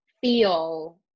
feel